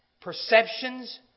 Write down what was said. perceptions